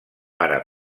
ara